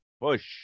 Push